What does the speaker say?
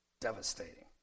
Devastating